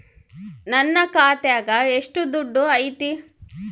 ನನ್ನ ಖಾತ್ಯಾಗ ಎಷ್ಟು ದುಡ್ಡು ಐತಿ?